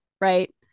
right